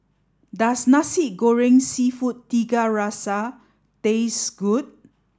does Nasi Goreng Seafood Tiga Rasa taste good